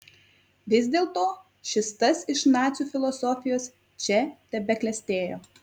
vis dėlto šis tas iš nacių filosofijos čia tebeklestėjo